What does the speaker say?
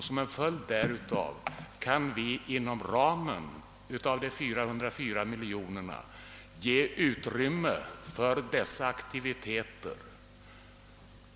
Som en följd därav kan vi inom ramen för de 404 miljonerna ge utrymme för dessa aktiviteter.